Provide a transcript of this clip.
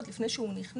עוד לפני שנכנס,